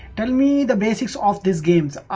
and me the basics all these games